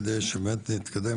על מנת שבאמת נתקדם,